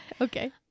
Okay